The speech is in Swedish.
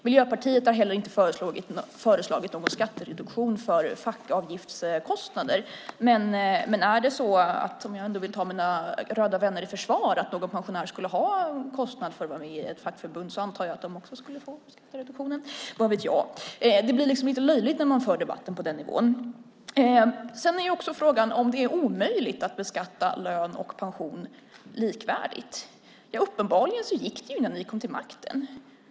Miljöpartiet har heller inte föreslagit någon skattereduktion för fackavgiftskostnader, men om jag ska ta mina röda vänner i försvar så är det väl så att om någon pensionär skulle ha kostnader för att vara med i ett fackförbund antar jag att de också skulle få skattereduktion - vad vet jag. Det blir liksom lite löjligt när man för debatten på den nivån. Så har vi frågan om det är omöjligt att beskatta lön och pension likvärdigt. Uppenbarligen gick det innan ni kom till makten.